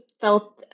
felt